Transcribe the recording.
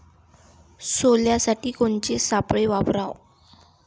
सोल्यासाठी कोनचे सापळे वापराव?